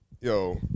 yo